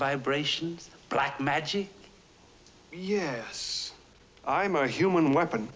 vibrations like magic yes i'm a human weapon